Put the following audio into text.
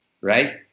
right